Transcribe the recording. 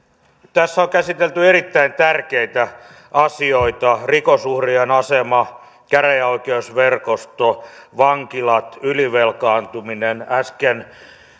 tässä on käsitelty erittäin tärkeitä asioita rikosuhrien asema käräjäoikeusverkosto vankilat ylivelkaantuminen äsken